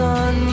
on